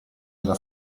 della